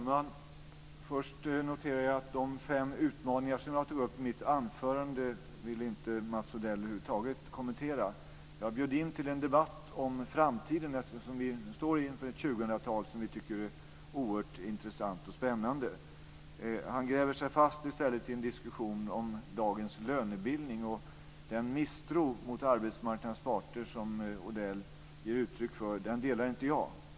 Herr talman! Först noterar jag att Mats Odell över huvud taget inte ville kommentera de fem utmaningar som jag tog upp i mitt anförande. Jag bjöd in till en debatt om framtiden, eftersom som vi står inför ett 2000-tal som vi tycker är oerhört intressant och spännande. Han gräver sig i stället fast i en diskussion om dagens lönebildning. Den misstro mot arbetsmarknadens parter som Odell ger uttryck för delar inte jag.